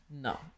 No